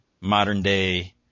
Modern-day